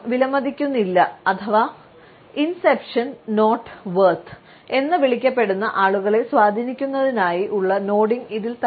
തുടക്കം വിലമതിക്കുന്നില്ല അഥവാ 'ഇൻസെപ്ഷൻ നോട്ട് വർത്' എന്ന് വിളിക്കപ്പെടുന്ന ആളുകളെ സ്വാധീനിക്കുന്നതിനായി ഉള്ള നോഡിംഗ്